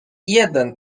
jeden